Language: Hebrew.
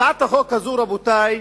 הצעת החוק הזאת, רבותי,